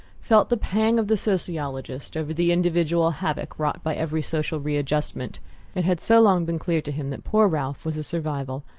felt the pang of the sociologist over the individual havoc wrought by every social readjustment it had so long been clear to him that poor ralph was a survival,